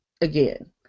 again